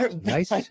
Nice